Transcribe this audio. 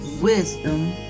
wisdom